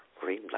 green